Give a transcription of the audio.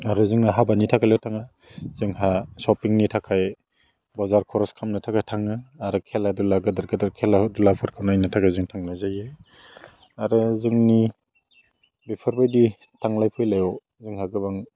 आरो जोंना हाबानि थाखायल' थाङा जोंहा सफिंनि थाखाय बजार खरस खालामनो थाखाय थाङो आरो खेला दुला गेदेर गेदेर खेला दुलाफोरखौ नायनो थाखाय जों थांनाय जायो आरो जोंनि बेफोरबायदि थांलाय फैलायाव जोंहा गोबां